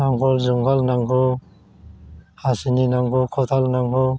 नांगोल जुंगाल नांगौ हासिनि नांगौ खदाल नांगौ